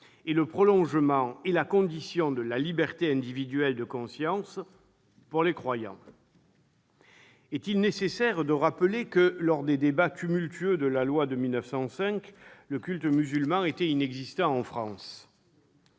est le prolongement et la condition de la liberté individuelle de conscience pour les croyants. Est-il nécessaire de rappeler que, à l'époque de l'élaboration tumultueuse de la loi de 1905, le culte musulman était inexistant en France ?